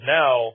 now